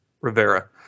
Rivera